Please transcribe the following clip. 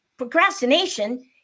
procrastination